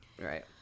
right